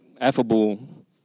affable